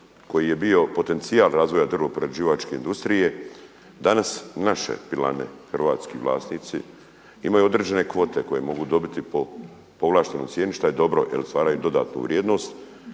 koji je bio potencijal razvoja drvoprerađivačke industrije. Danas naše pilane hrvatski vlasnici, imaju određene kvote koje mogu dobiti po povlaštenoj cijeni šta je dobro jer stvaraju dodatnu vrijednost,